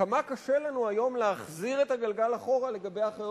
כמה קשה לנו היום להחזיר את הגלגל אחורה לגבי אחיות